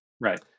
Right